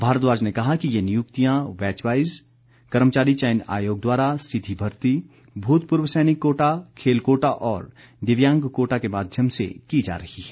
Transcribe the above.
भारद्वाज ने कहा कि ये नियुक्तियां बैचवाइज कर्मचारी चयन आयोग द्वारा सीधी भर्ती भूतपूर्व सैनिक कोटा खेल कोटा और दिव्यांग कोटा के माध्यम से की जा रही हैं